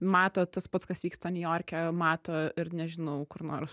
mato tas pats kas vyksta niujorke mato ir nežinau kur nors